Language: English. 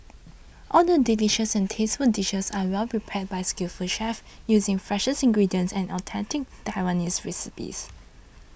all the delicious and tasteful dishes are well prepared by its skillful chefs using freshest ingredients and authentic Taiwanese recipes